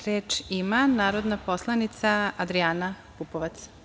Reč ima narodni poslanik Adrijana Pupovac.